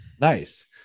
Nice